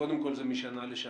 וקודם כל זה משנה לשנה,